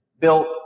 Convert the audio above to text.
built